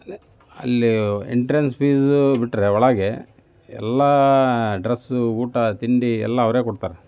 ಅಲ್ಲಿ entrance fees ಬಿಟ್ರೆ ಒಳಗೆ ಎಲ್ಲ ಡ್ರೆಸ್ಸು ಊಟ ತಿಂಡಿ ಎಲ್ಲ ಅವರೇ ಕೊಡ್ತಾರೆ